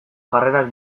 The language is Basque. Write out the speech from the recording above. jarrerak